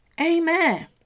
Amen